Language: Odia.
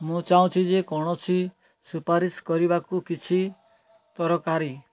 ମୁଁ ଚାହୁଁଛି ଯେ କୌଣସି ସୁପାରିସ୍ କରିବାକୁ କିଛି ତରକାରୀ